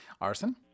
Arson